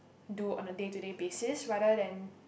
do on a day to day basis rather than